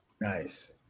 Nice